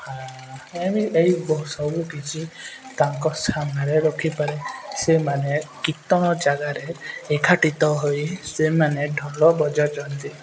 ଏ ଏ ସବୁ କିଛି ତାଙ୍କ ସାମ୍ନାରେ ରଖିପାରେ ସେମାନେ କୀର୍ତ୍ତନ ଜାଗାରେ ଏକାଠିତ ହୋଇ ସେମାନେ ଢୋଲ ବଜାଉଛନ୍ତି